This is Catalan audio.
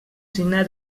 signe